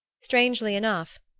strangely enough,